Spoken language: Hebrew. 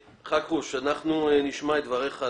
חכרוש, אנחנו נשמע את דבריך.